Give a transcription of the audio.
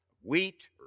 wheat